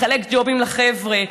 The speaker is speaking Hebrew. לחלק ג'ובים לחבר'ה.